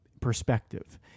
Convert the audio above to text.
perspective